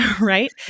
Right